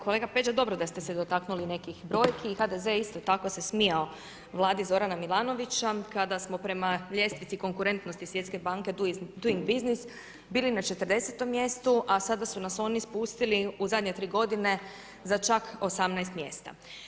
Kolega Peđa, dobro da ste se dotakli nekih brojki, HDZ isto tako se smijao Vladi Zorana Milanovića kada smo prema ljestvici konkurentnosti Svjetske banke doing business bili na 40-tom mjestu, a sada su nas oni spustili u zadnje 3 godine za čak 18 mjesta.